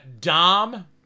dom